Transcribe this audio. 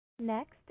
Next